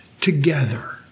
together